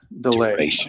delay